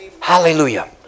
Hallelujah